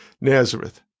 Nazareth